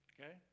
Okay